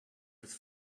was